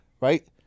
right